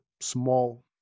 small